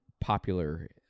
popular